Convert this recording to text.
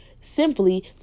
simply